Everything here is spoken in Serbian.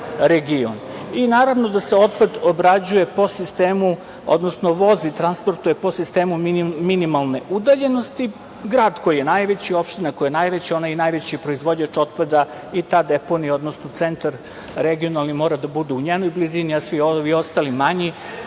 region. Naravno, da se otpad obrađuje po sistemu, odnosno vozi, transportuje po sistemu minimalne udaljenosti, grad koji je najveći, opština koja je najveća, ona je i najveći proizvođač otpada i ta deponija, odnosno centar regionalni mora da bude u njenoj blizini, a svi ovi ostali, manji